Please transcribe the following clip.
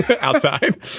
outside